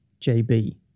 JB